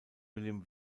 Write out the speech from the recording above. william